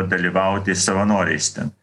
dalyvauti savanoriais ten